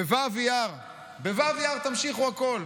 בו' באייר תמשיכו הכול.